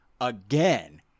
again